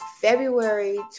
February